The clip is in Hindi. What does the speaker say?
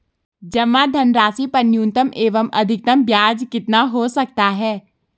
जमा धनराशि पर न्यूनतम एवं अधिकतम ब्याज कितना हो सकता है?